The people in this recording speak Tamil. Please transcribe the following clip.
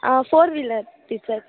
ah four wheeler teacher